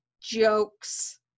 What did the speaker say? jokes